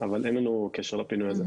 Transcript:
אבל אין לנו קשר לפינוי הזה.